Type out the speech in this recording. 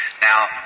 Now